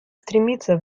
стремится